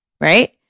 right